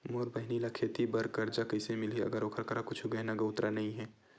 मोर बहिनी ला खेती बार कर्जा कइसे मिलहि, अगर ओकर करा कुछु गहना गउतरा नइ हे?